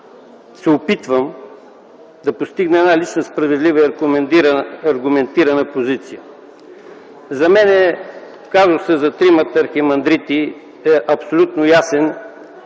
се опитвам да постигна лична справедлива и аргументирана позиция. За мен казусът за тримата архимандрити е абсолютно ясен.